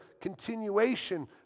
continuation